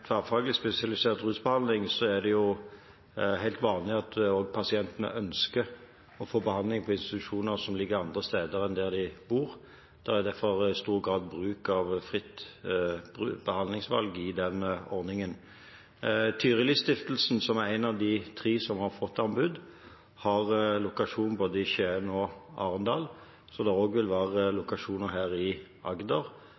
tverrfaglig spesialisert rusbehandling er det helt vanlig at pasientene ønsker å få behandling på institusjoner som ligger andre steder enn der de bor. Det er derfor i stor grad bruk av fritt behandlingsvalg i den ordningen. Tyrilistiftelsen, som er en av de tre som har fått anbud, har lokasjon både i Skien og i Arendal, så det vil også være